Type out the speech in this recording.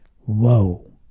Whoa